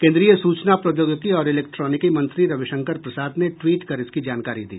केंद्रीय सूचना प्रौद्योगिकी और इलेक्ट्रानिकी मंत्री रविशंकर प्रसाद ने ट्वीट कर इसकी जानकारी दी